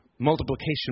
Multiplication